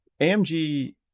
AMG